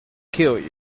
kill